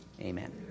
Amen